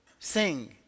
Sing